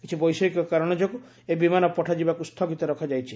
କିଛି ବୈଷୟିକ କାରଣ ଯୋଗୁଁ ଏହି ବିମାନ ପଠାଯିବାକୁ ସ୍ଥଗିତ ରଖାଯାଇଛି